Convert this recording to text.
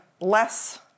less